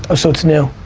ah so it's new.